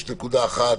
יש נקודה אחת